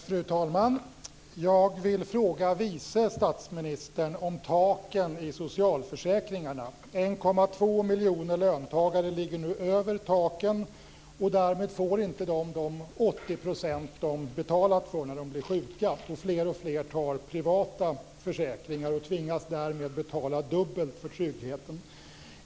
Fru talman! Jag vill fråga vice statsministern om taken i socialförsäkringarna. 1,2 miljoner löntagare ligger nu över taken och får därmed inte, när de blir sjuka, de 80 % som de betalat för. Fler och fler tar privata försäkringar och tvingas därmed betala dubbelt för tryggheten.